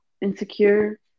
insecure